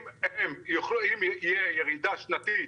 אם תהיה להם ירידה שנתית